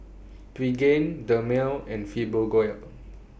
Pregain Dermale and Fibogel